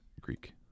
Greek